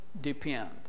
depend